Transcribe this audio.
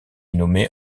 nommé